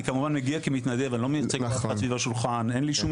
אני כמובן מגיע כמתנדב אני לא מייצג אף אחד סביב השולחן,